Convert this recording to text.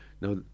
now